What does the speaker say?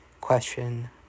question